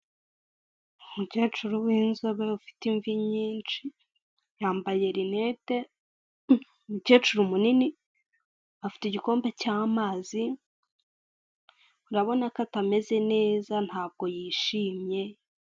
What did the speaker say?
Umukecuru w’ inzobe ufite imvi nyinshi yambaye rineti, umukecuru munini afite igikombe cy’ amazi, urabona ko atameze neza ntabwo yishimye.